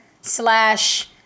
slash